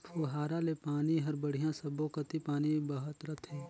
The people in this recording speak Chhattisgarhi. पुहारा ले पानी हर बड़िया सब्बो कति पानी बहत रथे